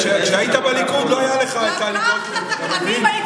- -אני מבין